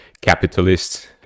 capitalists